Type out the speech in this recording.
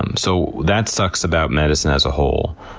um so that sucks about medicine as a whole.